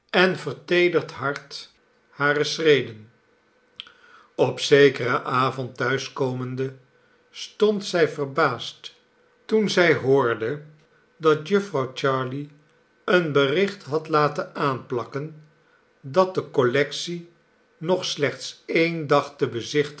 en verteederd hart hare schreden op zekeren avond thuis komende stond zij verbaasd toen zij hoorde dat jufvrouw jarley een bericht had laten aanplakken dat de collectie nog slechts een dag te bezichtigen